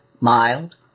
mild